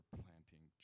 planting